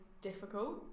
difficult